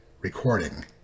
recording